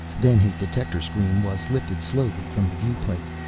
then his detector screen was lifted slowly from the viewplate.